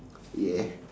yeah